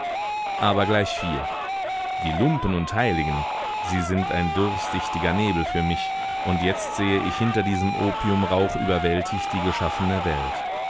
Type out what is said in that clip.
aber gleichviel die lumpen und heiligen sie sind ein durchsichtiger nebel für mich und jetzt sehe ich hinter diesem opiumrauch überwältigt die geschaffene welt